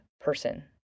person